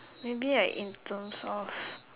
maybe like in terms of